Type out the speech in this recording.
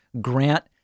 Grant